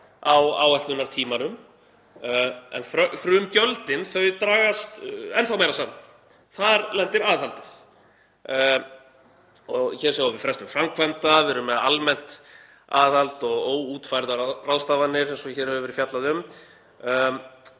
á áætlunartímanum en frumgjöldin, þau dragast enn meira saman. Þar lendir aðhaldið. Hér sjáum við frestun framkvæmda, við erum með almennt aðhald og óútfærðar ráðstafanir eins og hér hefur verið fjallað um.